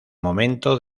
momento